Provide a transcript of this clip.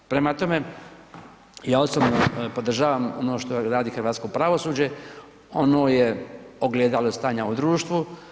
Prema tome, ja osobno podržavam ono što radi hrvatsko pravosuđe, ono je ogledalo stanja u društvu.